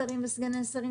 שרים וסגני שרים,